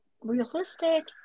realistic